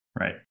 right